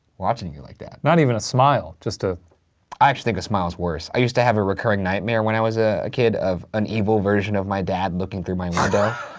watching you you like that. not even a smile. just a. i actually think a smile's worse. i used to have a recurring nightmare when i was a a kid of an evil version of my dad looking through my window.